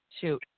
Shoot